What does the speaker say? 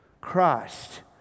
Christ